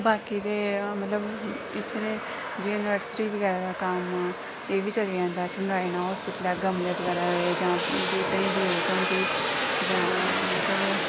बाकी ते मतलब इत्थै ते जि'यां नर्सरी बगैरा कम्म एह् बी चली जंदा इत्थै नारायण हास्पिटल ऐ इ'यां गमले बगैरा एह् बूहटें दी जरूरत होंदी जां